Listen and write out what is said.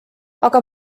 aga